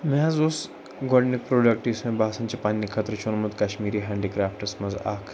مےٚ حظ اوس گۄڈٕنیٛک پرٛوڈَکٹہٕ یُس مےٚ باسان چھُ پَننہِ خٲطرٕ چھُ اوٚنمُت کشمیٖری ہینٛڈی کرٛافٹَس منٛز اَکھ